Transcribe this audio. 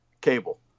Cable